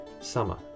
Summer